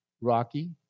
Rocky